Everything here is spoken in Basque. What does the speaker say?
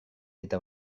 eta